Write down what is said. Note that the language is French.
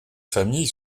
famille